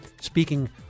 speaking